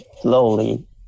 slowly